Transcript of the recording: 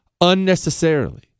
unnecessarily